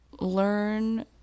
learn